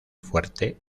fuerte